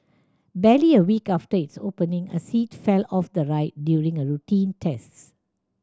barely a week after its opening a seat fell off the ride during a routine tests